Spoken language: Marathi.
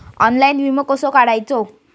ऑनलाइन विमो कसो काढायचो?